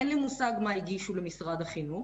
אין לי מושג מה הגישו למשרד החינוך,